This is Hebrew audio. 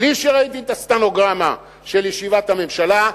בלי שראיתי את הסטנוגרמה של ישיבת הממשלה,